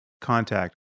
contact